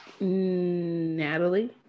Natalie